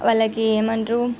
వాళ్ళకి ఏమంటారు